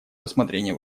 рассмотрение